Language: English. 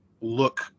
look